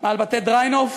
על בתי-דריינוף